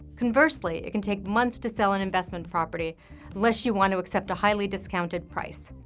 conversely, it can take months to sell an investment property unless you want to accept a highly discounted price.